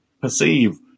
perceive